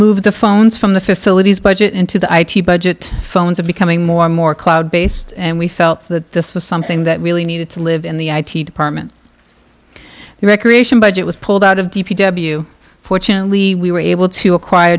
moved the phones from the facilities budget into the i t budget phones are becoming more and more cloud based and we felt that this was something that really needed to live in the i t department recreation budget was pulled out of d p w fortunately we were able to acquire